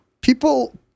People